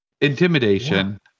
Intimidation